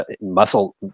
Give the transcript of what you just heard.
muscle